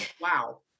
Wow